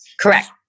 Correct